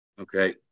Okay